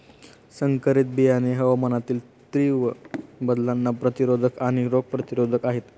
संकरित बियाणे हवामानातील तीव्र बदलांना प्रतिरोधक आणि रोग प्रतिरोधक आहेत